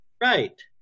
Right